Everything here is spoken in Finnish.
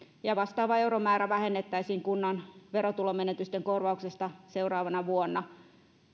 ja vastaava euromäärä vähennettäisiin kunnan verotulomenetysten korvauksista seuraavana vuonna